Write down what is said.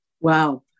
Wow